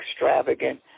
extravagant